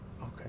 Okay